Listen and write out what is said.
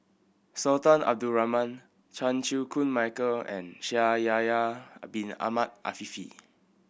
Sultan Abdul Rahman Chan Chew Koon Michael and Shaikh Yahya Bin Ahmed Afifi